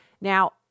Now